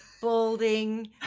balding